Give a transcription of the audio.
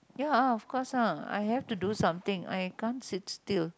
ya of course ah I have to do something I can't sit still